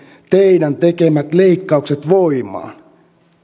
teidän tekemänne leikkaukset voimaan